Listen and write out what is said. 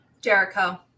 Jericho